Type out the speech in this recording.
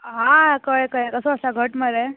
आं कळ्ळें कळ्ळें कसो आसा घट मरे